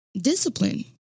discipline